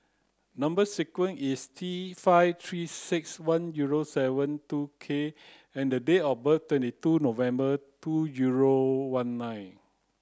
number sequence is T five three six one zero seven two K and date of birth is twenty two November two zero one nine